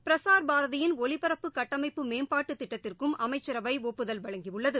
பிரஸார்பாரதியின் ஒலிபரப்பு கட்டமைப்பு மேம்பாட்டு திட்டத்திற்கும் அமைச்சரவை ஒப்புதல் வழங்கியுள்ளது